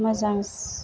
मोजां